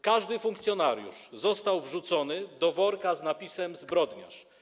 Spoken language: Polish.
Każdy funkcjonariusz został wrzucony do worka z napisem: zbrodniarz.